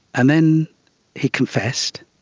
and then he confessed.